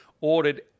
ordered